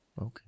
Okay